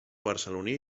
barceloní